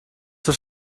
wird